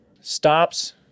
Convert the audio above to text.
stops